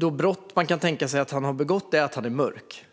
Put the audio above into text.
Det brott som man kan tänka sig att han hade begått är att han är mörk.